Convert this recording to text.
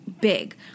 big